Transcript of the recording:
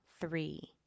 three